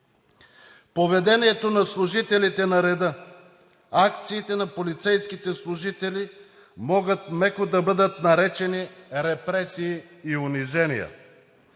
Поведението на служителите на реда, акциите на полицейските служители могат меко да бъдат наречени репресии и унижения.